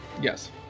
Yes